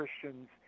christians